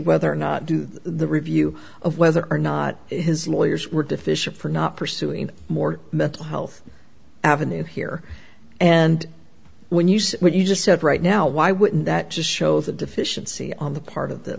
whether or not do the review of whether or not his lawyers were deficient for not pursuing more mental health ave here and when you say what you just said right now why wouldn't that just show the deficiency on the part of the